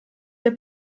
herr